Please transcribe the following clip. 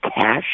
cash